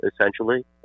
essentially